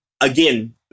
again